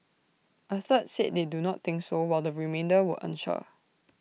A third said they do not think so while the remainder were unsure